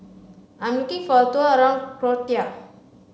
I'm looking for a tour around Croatia